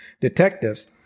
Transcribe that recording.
detectives